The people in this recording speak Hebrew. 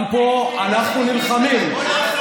מה עשית עם זה?